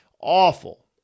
Awful